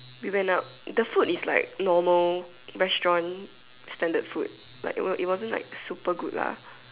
we went up the food is like normal restaurant standard food like it was it wasn't like super good lah